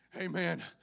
Amen